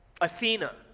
Athena